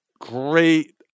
great